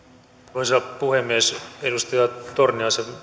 arvoisa puhemies edustaja torniaisen